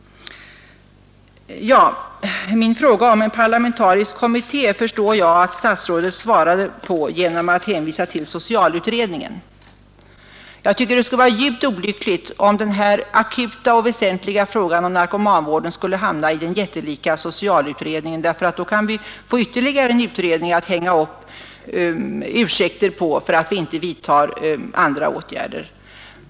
Jag förstår att statsrådet besvarade min fråga om en parlamentarisk kommitté genom att hänvisa till socialutredningen. Jag tycker att det skulle vara djupt olyckligt om den akuta och väsentliga frågan om narkomanvården skulle hamna i den jättelika socialutredningen, därför att då kan vi få ytterligare en utredning på vilken vi kan hänga upp våra ursäkter för att vi inte vidtar andra åtgärder.